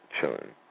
chilling